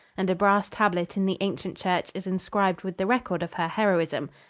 and a brass tablet in the ancient church is inscribed with the record of her heroism.